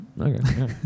Okay